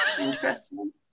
interesting